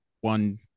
one